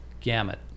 gamut